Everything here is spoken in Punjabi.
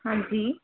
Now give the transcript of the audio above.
ਹਾਂਜੀ